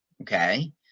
Okay